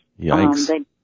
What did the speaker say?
Yikes